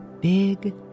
big